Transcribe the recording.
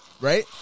right